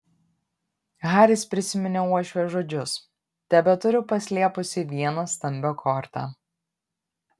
haris prisiminė uošvės žodžius tebeturiu paslėpusi vieną stambią kortą